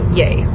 yay